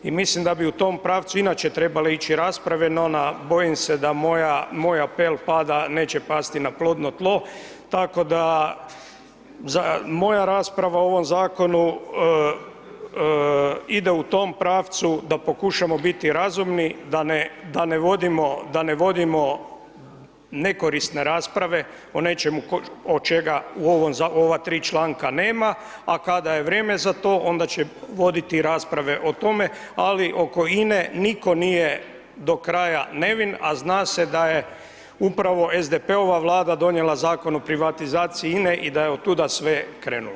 I mislim da bi u tom pravcu inače trebale ići rasprave no bojim se da moj apel pada, neće past na plodno tlo, tako da, za moja rasprava o ovom zakonu ide u tom pravcu da pokušamo biti razumni da ne vodimo, da ne vodimo nekorisne rasprave o nečemu od čega u ova 3 članka nema, a kada je vrijeme za to onda će voditi rasprave o tome, ali oko INE nitko nije do kraja nevin, a zna se da je upravo SDP-ova vlada donijela Zakon o privatizaciji INE i da je od tuda sve krenulo.